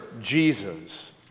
Jesus